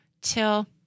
till